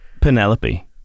Penelope